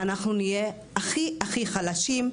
אנחנו נהיה הכי הכי חלשים,